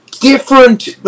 different